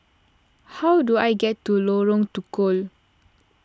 how do I get to Lorong Tukol